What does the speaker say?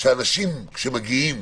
אנשים שמגיעים